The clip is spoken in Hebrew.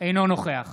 אינו נוכח